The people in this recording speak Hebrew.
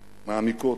מעמיקות.